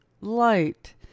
light